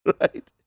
Right